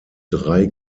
drei